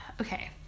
Okay